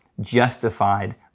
justified